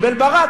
קיבל ברק,